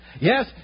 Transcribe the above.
Yes